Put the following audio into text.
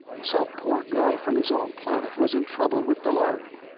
some poor guy from his own planet was in trouble with the lhari.